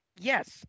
Yes